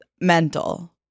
mental